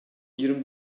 yirmi